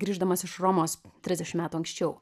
grįždamas iš romos trisdešim metų anksčiau